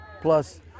plus